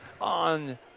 on